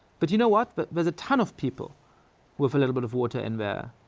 but you know what, but there's a ton of people with a little bit of water in there,